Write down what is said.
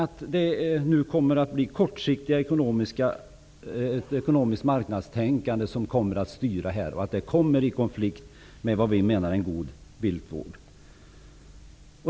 Är det inte risk för att ett kortsiktigt ekonomiskt marknadsintresse kommer att styra, och att detta kan komma i konflikt med vad vi menar vara en god viltvård?